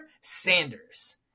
Sanders